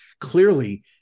Clearly